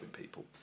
people